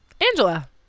Angela